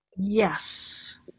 Yes